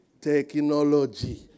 technology